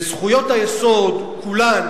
וזכויות היסוד כולן